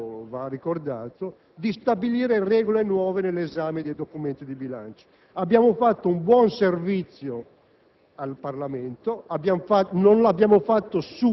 bilancio la decisione unanime - questo va ricordato - di stabilire regole nuove nell'esame dei documenti di bilancio. Abbiamo fatto un buon servizio